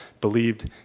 Believed